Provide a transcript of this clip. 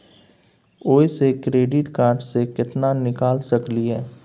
ओयसे credit card से केतना निकाल सकलियै?